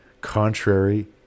contrary